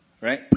right